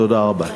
תודה רבה.